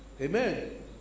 Amen